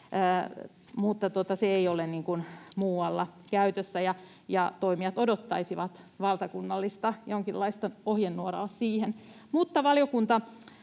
se ei ole muualla käytössä. Toimijat odottaisivat jonkinlaista valtakunnallista ohjenuoraa siihen.